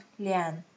Lian